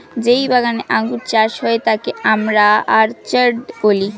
যেই বাগানে আঙ্গুর চাষ হয় তাকে আমরা অর্চার্ড বলি